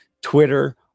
Twitter